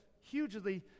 Hugely